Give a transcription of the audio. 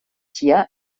hier